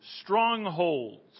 strongholds